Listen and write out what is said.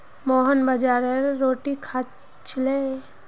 मोहन बाजरार रोटी खा छिले